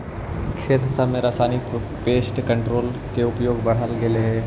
खेत सब में रासायनिक पेस्ट कंट्रोल के उपयोग बढ़ गेलई हे